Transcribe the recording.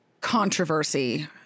controversy